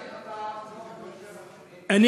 שעות עבודה,